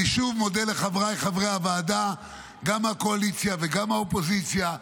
אני שוב מודה לחבריי חברי הוועדה גם מהקואליציה וגם מהאופוזיציה.